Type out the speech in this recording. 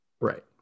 Right